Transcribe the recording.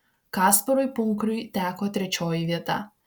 kasparui punkriui teko trečioji vieta